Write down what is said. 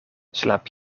slaap